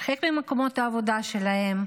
הרחק ממקומות העבודה שלהם,